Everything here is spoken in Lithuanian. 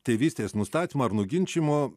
tėvystės nustatymo ar nuginčijimo